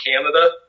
Canada